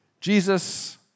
Jesus